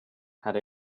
had